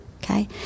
Okay